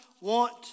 want